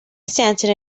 stanton